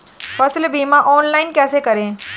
फसल बीमा ऑनलाइन कैसे करें?